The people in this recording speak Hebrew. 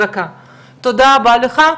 תודה רבה לך.